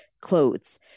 clothes